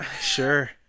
sure